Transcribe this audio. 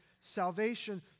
salvation